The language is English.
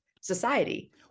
society